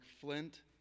flint